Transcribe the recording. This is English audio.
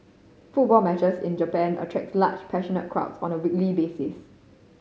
football matches in Japan attracts large passionate crowds on a weekly basis